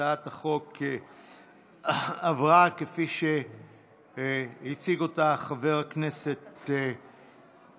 הצעת החוק עברה כפי שהציג אותה חבר הכנסת מקלב,